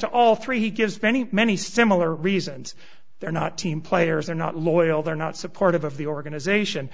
to all three he gives many many similar reasons they're not team players are not loyal they're not supportive of the organization